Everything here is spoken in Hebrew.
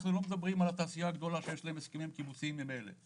אנחנו לא מדברים על התעשייה הגדולה שיש להם הסכמים קיבוציים ממילא.